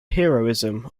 heroism